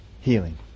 healing